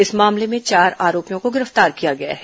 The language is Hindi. इस मामले में चार आरोपियों को गिरफ्तार किया गया है